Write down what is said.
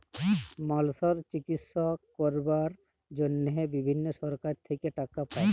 মালসর চিকিশসা ক্যরবার জনহে বিভিল্ল্য সরকার থেক্যে টাকা পায়